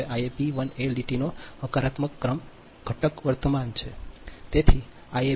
હવે Iab1 એ લીટીનો હકારાત્મક ક્રમ ઘટક વર્તમાન છે b